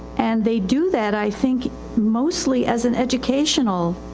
and they do that i think mostly as an educational,